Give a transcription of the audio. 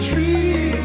Tree